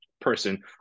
Person